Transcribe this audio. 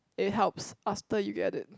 it helps after you get it